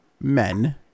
men